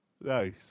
Nice